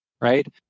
right